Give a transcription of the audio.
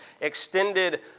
extended